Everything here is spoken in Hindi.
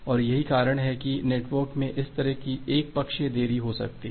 और यही कारण है कि नेटवर्क में इस तरह की एकपक्षीय देरी हो सकती है